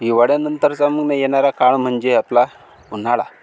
हिवाळ्यानंतरचा मग येणारा काळ म्हणजे आपला उन्हाळा